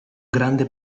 grande